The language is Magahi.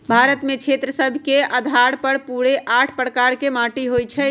भारत में क्षेत्र सभ के अधार पर पूरे आठ प्रकार के माटि होइ छइ